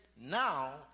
now